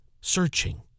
searching